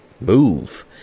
move